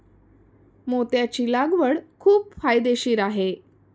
मोत्याची लागवड खूप फायदेशीर आहे